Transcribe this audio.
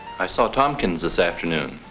i saw thompkins this afternoon.